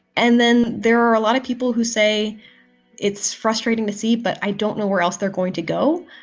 and then there are a lot of people who say it's frustrating to see. but i don't know where else they're going to go.